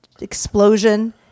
explosion